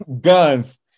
guns